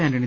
Antony